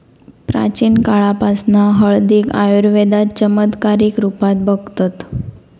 प्राचीन काळापासना हळदीक आयुर्वेदात चमत्कारीक रुपात बघतत